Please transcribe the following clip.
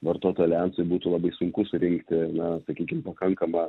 vartotojų aleansui būtų labai sunku surinkti na sakykim pakankamą